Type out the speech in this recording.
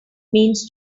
means